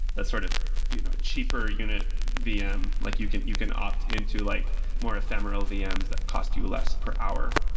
that's sort of you know cheaper unit vm, like you can you can opt into like more ephemeral vm's that cost you less per hour.